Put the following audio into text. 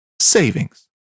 savings